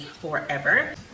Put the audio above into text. forever